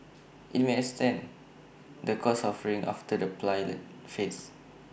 IT may expand the course offerings after the pilot phase